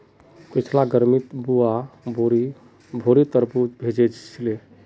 पिछली गर्मीत बुआ बोरी भोरे तरबूज भेजिल छिले